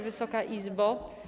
Wysoka Izbo!